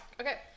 Okay